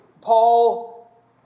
Paul